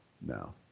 no